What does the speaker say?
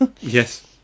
Yes